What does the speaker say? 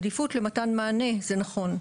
עדיפות למתן מענה זה נכון.